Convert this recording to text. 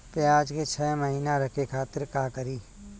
प्याज के छह महीना रखे खातिर का करी?